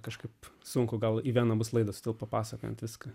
kažkaip sunku gal įvesdamas laidus to papasakoti viską